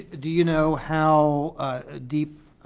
do you know how deep